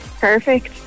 Perfect